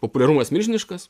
populiarumas milžiniškas